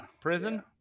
Prison